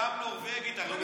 מיכל, את לא נורבגית בכלל?